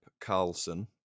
Carlson